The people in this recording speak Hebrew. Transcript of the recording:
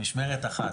משמרת אחת.